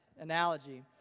analogy